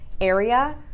area